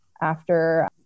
after-